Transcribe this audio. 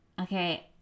Okay